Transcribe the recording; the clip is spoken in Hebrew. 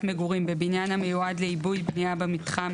מגורים בבניין המיועד לעיבוי בנייה במתחם